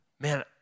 Man